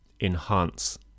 enhance